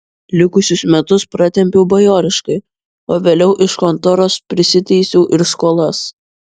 likusius metus pratempiau bajoriškai o vėliau iš kontoros prisiteisiau ir skolas